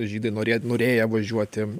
žydai norė norėję važiuoti